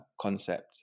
concept